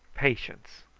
patience!